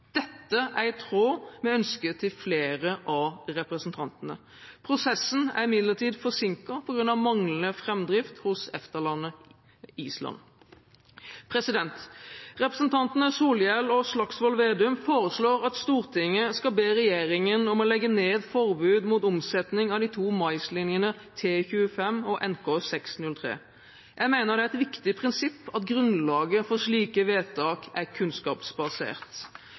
Dette er i tråd med ønsket til flere av representantene. Prosessen er imidlertid forsinket på grunn av manglende framdrift hos EFTA-landet Island. Representantene Solhjell og Slagsvold Vedum foreslår at Stortinget skal be regjeringen om å legge ned forbud mot omsetning av de to maislinjene T25 og NK603. Jeg mener det er et viktig prinsipp at grunnlaget for slike vedtak er kunnskapsbasert.